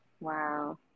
Wow